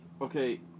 okay